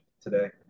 today